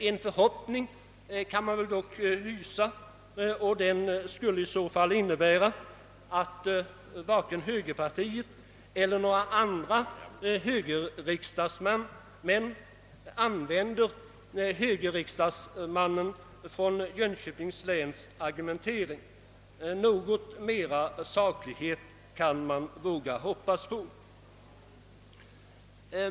En förhoppning kan man dock hysa, och den skulle innebära, att varken högerpartiet eller några andra högerriksdagsmän använder högerriksdagsmannens från Jönköpings län argumentering. Något mera saklighet kan man våga hoppas på.